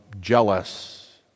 jealous